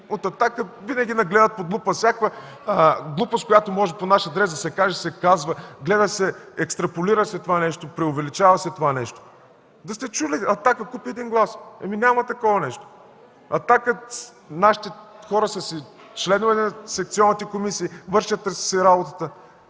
„Атака” винаги я гледат под лупа, всякаква глупост, която може по наш адрес да се каже – се казва. Гледа се, екстраполира се това нещо, преувеличава се това нещо. Да сте чули: „Атака” купи един глас”. Ами, няма такова нещо. Нашите хора от „Атака” са си членове на секционните комисии, вършат си работата.